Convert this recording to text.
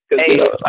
Hey